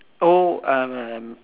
oh uh